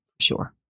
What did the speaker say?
Sure